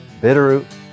Bitterroot